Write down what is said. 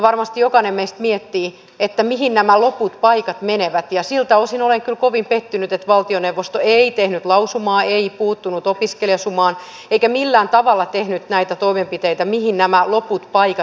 varmasti jokainen meistä miettii mihin nämä loput paikat menevät ja siltä osin olen kyllä kovin pettynyt että valtioneuvosto ei tehnyt lausumaa ei puuttunut opiskelijasumaan eikä millään tavalla tehnyt näitä toimenpiteitä mihin nämä loput paikat menevät